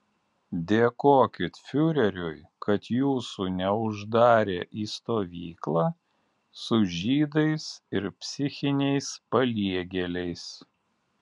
dėkokit fiureriui kad jūsų neuždarė į stovyklą su žydais ir psichiniais paliegėliais